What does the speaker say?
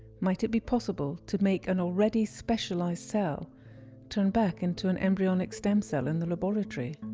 might it be possible to make an already specialised cell turn back into an embryonic stem cell in the laboratory?